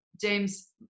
James